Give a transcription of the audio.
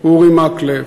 אורי מקלב,